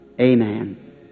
Amen